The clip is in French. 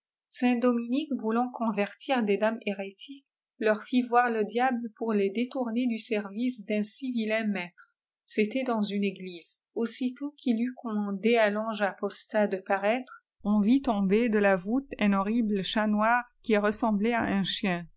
saint dominique voulant convertir des dames hérétiques leur fit voir le diable pour les détourner du service d'un si vilain maître c'était dans une église aussitôt qu'il eut comoiandé à l'ange apostat de paraître on vit tomber de la voûte un horrible chat noir qui ressemblait à un chien